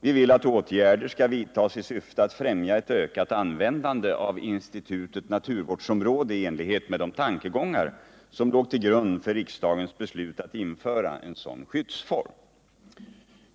Vi vill att åtgärder skall vidtas i syfte att främja ett ökat användande av institutet naturvårdsområde i enlighet med de tankegångar som låg till grund för riksdagens beslut att införa en sådan skyddsform.